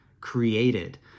created